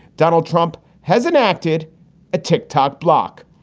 donald trump has enacted a tick tock block.